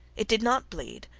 it did not bleed,